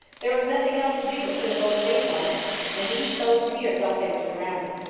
there was nothing else to do but put a bold face on it and these fellows here thought they were surrounded.